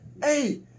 hey